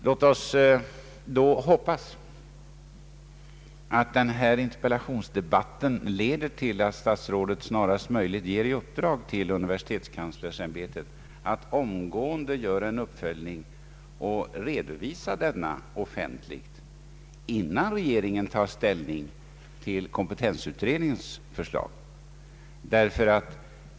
Låt oss då hoppas att denna inter pellationsdebatt leder till att statsrådet snarast möjligt ger i uppdrag till universitetskanslersämbetet att omgående göra en uppföljning och redovisa denna offentligt innan regeringen tar ställning till kompetensutredningens förslag.